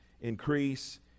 increase